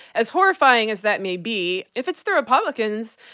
as horrifying as that may be. if it's the republicans,